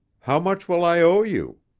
how much will i owe you?